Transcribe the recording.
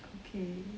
okay